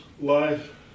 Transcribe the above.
life